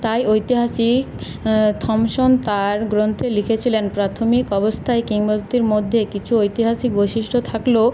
তাই ঐতিহাসিক থমসন তাঁর গ্রন্থে লিখেছিলেন প্রাথমিক অবস্থায় কিংবদন্তির মধ্যে কিছু ঐতিহাসিক বৈশিষ্ট্য থাকলেও